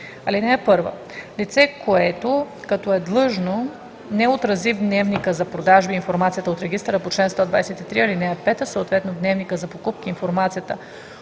181в. (1) Лице, което, като е длъжно, не отрази в дневника за продажби информацията от регистъра по чл. 123, ал. 5, съответно в дневника за покупки информацията